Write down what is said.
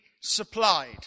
supplied